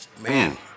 Man